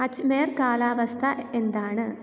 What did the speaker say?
അജ്മേർ കാലാവസ്ഥ എന്താണ്